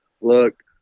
look